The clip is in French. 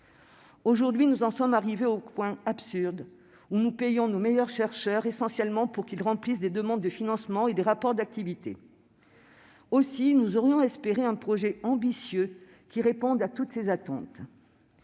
Aujourd'hui, nous en sommes arrivés au point absurde où nous payons nos meilleurs chercheurs essentiellement pour qu'ils remplissent des demandes de financement et des rapports d'activité. Aussi, nous aurions espéré un projet ambitieux qui réponde à toutes ces attentes.